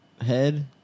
head